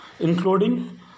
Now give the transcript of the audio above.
Including